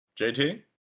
JT